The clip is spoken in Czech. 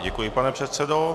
Děkuji, pane předsedo.